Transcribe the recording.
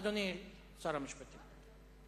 אדוני שר המשפטים.